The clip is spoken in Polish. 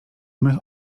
mych